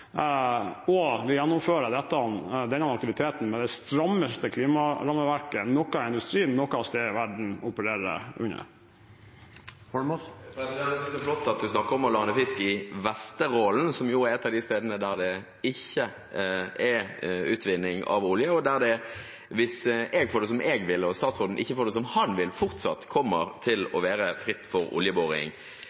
og vi gjennomfører denne aktiviteten med det strammeste klimarammeverket noen industri noe sted i verden opererer innenfor. Jeg synes det er flott at statsråden snakker om å lande fisk i Vesterålen, som jo er et av de stedene der det ikke er utvinning av olje, og der det – hvis jeg får det som jeg vil, og statsråden ikke får det som han vil – fortsatt kommer til å være fritt for oljeboring.